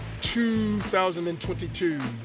2022